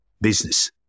business